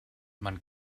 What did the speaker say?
man